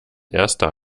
erster